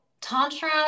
Tantra